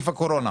הקורונה.